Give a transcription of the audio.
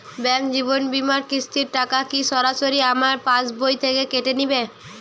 Bank জীবন বিমার কিস্তির টাকা কি সরাসরি আমার পাশ বই থেকে কেটে নিবে?